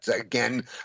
again